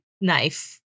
knife